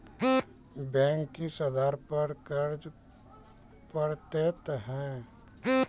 Bank किस आधार पर कर्ज पड़तैत हैं?